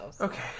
Okay